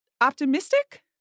optimistic